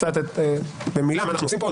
קצת במילה מה אנחנו עושים פה,